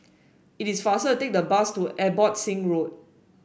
it is faster to take the bus to Abbotsingh Road